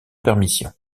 permission